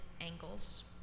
angles